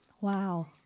Wow